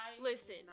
listen